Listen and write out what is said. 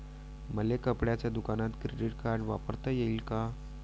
मले कपड्याच्या दुकानात क्रेडिट कार्ड वापरता येईन का?